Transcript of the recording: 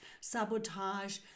Sabotage